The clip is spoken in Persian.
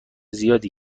زیادی